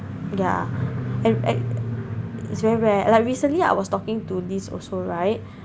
yeah and it's very rare like recently I was talking to this also right